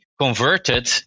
converted